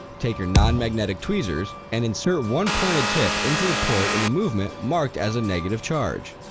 take your non-magnetic tweezers and insert one pointed tip into the port in the movement marked as a negative charge.